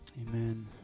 Amen